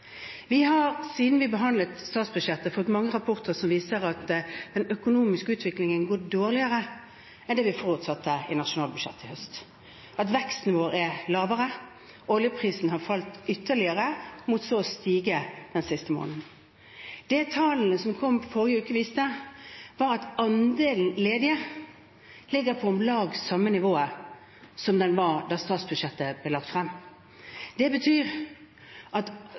Vi har siden vi behandlet statsbudsjettet, fått mange rapporter som viser at den økonomiske utviklingen går dårligere enn det vi forutsatte i nasjonalbudsjettet sist høst, at veksten vår er lavere, og at oljeprisen har falt ytterligere, for så å stige den siste måneden. Det tallene som kom forrige uke, viste, var at andelen ledige ligger på om lag samme nivå som da statsbudsjettet ble lagt frem. Det betyr at